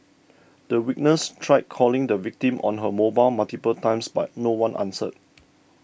the witness tried calling the victim on her mobile multiple times but no one answered